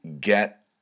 get